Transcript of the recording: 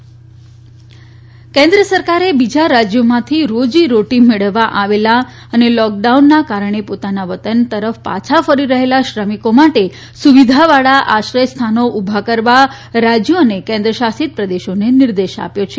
કેન્દ્ર શ્રમિકો કેન્દ્ર સરકારે બીજા રાજ્યોમાંથી રોજીરોટી મેળવવા આવેલા અને લોકડાઉનના કારણે પોતાના વતન તરફ પાછા ફરી રહેલા શ્રમિકો માટે સુવિધાવાળાં આશ્રયસ્થાનો ઊભા કરવા રાજ્યો અને કેન્દ્રશાસિત પ્રદેશોને નિર્દેશ આપ્યો છે